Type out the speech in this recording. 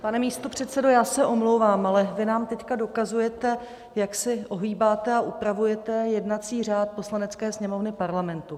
Pane místopředsedo, já se omlouvám, ale vy nám teď dokazujete, jak si ohýbáte a upravujete jednací řád Poslanecké sněmovny Parlamentu.